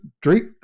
drink